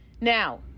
Now